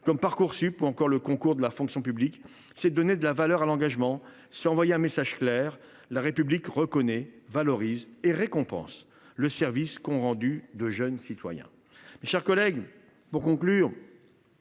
comme Parcoursup ou encore les concours de la fonction publique, c’est donner de la valeur à l’engagement et envoyer un message clair : la République reconnaît, valorise et récompense le service qu’ont rendu de jeunes citoyens. Mes chers collègues, ce que